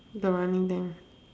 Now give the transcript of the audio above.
the running thing